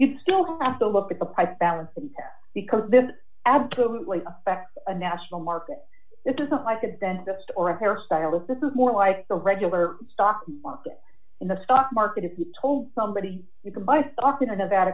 you still have to look at the price balance because this absolutely affects a national market this isn't like a dentist or a hairstylist this is more like the regular stock market in the stock market if you told somebody you could buy stock in about